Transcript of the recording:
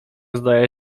zdaje